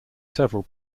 several